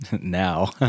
now